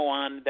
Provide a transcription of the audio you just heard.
on